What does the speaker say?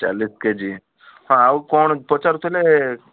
ଚାଳିଶ K G ହଁ ଆଉ କ'ଣ ପଚାରୁଥିଲେ